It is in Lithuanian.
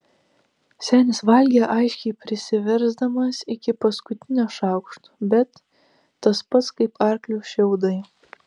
senis valgė aiškiai prisiversdamas iki paskutinio šaukšto bet tas pats kaip arkliui šiaudai